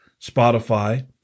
Spotify